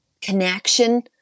connection